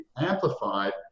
amplified